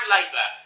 Labour